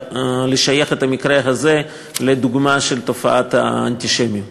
לשייך את המקרה הזה לדוגמה של תופעת האנטישמיות.